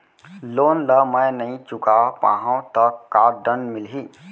Loan ला मैं नही चुका पाहव त का दण्ड मिलही?